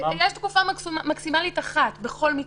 יש תקופה מקסימלית אחת בכל מקרה.